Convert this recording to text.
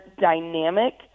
dynamic